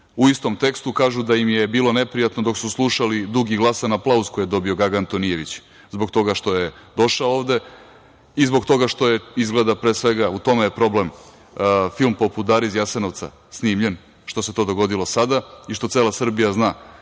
U istom tekstu kažu da im je bilo neprijatno dok su slušali dug i glasan aplauz koji je dobio Gaga Antonijević zbog toga što je došao ovde i zbog toga što je izgleda pre svega, a u tome je problem, film poput „Dare iz Jasenovca“ snimljen, što se to dogodilo sada i što cela Srbija zna